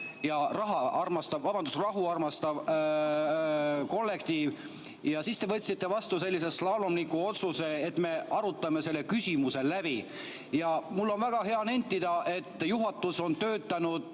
vabandust, rahu armastav kollektiiv. Ja siis te võtsite vastu sellise saalomonliku nagu otsuse, et me arutame selle küsimuse läbi. Mul on väga hea nentida, et juhatus on töötanud,